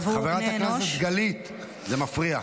עבור בני אנוש --- חברת הכנסת גלית, זה מפריע.